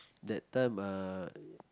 that time uh